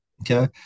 Okay